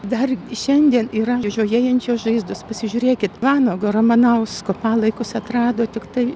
dar šiandien yra žiojėjančios žaizdos pasižiūrėkit vanago ramanausko palaikus atrado tiktai